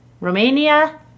Romania